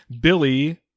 Billy